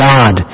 God